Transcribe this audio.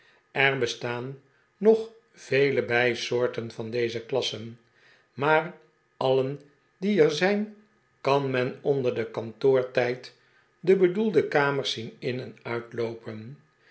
er bestaan nog vele bijsoorten van deze klassen maar alien die er zijn kan men onder den kantoortijd de bedoelde kamers zien in en uitloopen